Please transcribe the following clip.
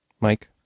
Mike